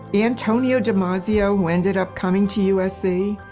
antonio damasio who ended up coming to usc.